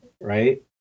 Right